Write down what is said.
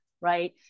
right